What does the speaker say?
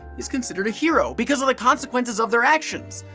is considered a hero because of the consequences of their actions,